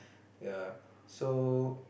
yea so